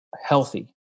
healthy